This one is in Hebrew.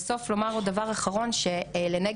וככה כל הזמן בדקנו את עצמנו,